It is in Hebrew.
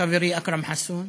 חברי אכרם חסון,